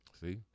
See